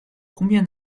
combien